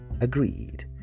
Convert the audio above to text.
agreed